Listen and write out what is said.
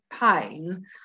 pain